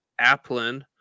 Applin